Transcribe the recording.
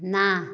ନା